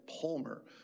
Palmer